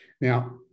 Now